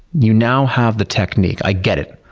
you now have the technique, i get it.